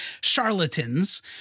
charlatans